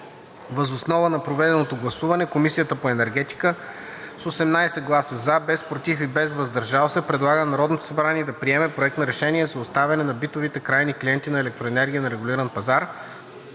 Въз основа на проведеното гласуване Комисията по енергетика с 18 гласа „за“, без „против“ и „въздържал се“ предлага на Народното събрание да приеме Проект на решение за оставане на битовите крайни клиенти на електроенергия на регулиран пазар,